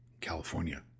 California